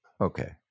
Okay